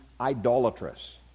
idolatrous